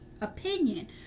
opinion